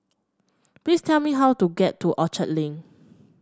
please tell me how to get to Orchard Link